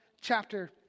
chapter